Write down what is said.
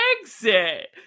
exit